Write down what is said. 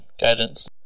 guidance